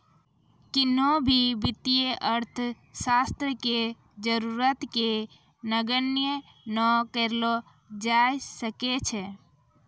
किन्हो भी वित्तीय अर्थशास्त्र के जरूरत के नगण्य नै करलो जाय सकै छै